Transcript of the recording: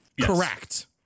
Correct